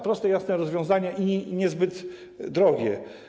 Proste, jasne rozwiązanie i niezbyt drogie.